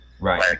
Right